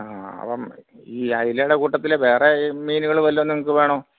ആ അപ്പം ഈ അയിലയുടെ കൂട്ടത്തിൽ വേറെ മീനുകൾ വല്ലതും നിങ്ങൾക്ക് വേണോ